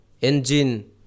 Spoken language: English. engine